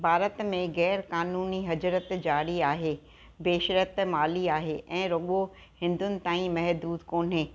भारत में ग़ैर कानूनी हजरति जारी आहे बेशिरत माली आहे ऐं रुगो॒ हिंदुनि ताईं महदूदु कोन्हे